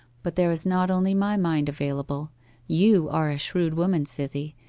but there is not only my mind available you are a shrewd woman, cythie,